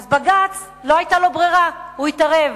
אז בג"ץ, לא היתה לו ברירה, הוא התערב.